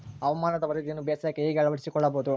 ಹವಾಮಾನದ ವರದಿಯನ್ನು ಬೇಸಾಯಕ್ಕೆ ಹೇಗೆ ಅಳವಡಿಸಿಕೊಳ್ಳಬಹುದು?